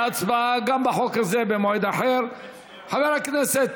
חבריי חברי הכנסת,